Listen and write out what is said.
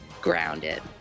grounded